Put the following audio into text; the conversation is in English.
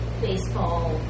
baseball